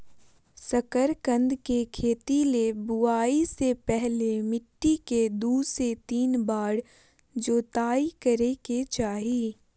शकरकंद के खेती ले बुआई से पहले मिट्टी के दू से तीन बार जोताई करय के चाही